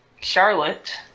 Charlotte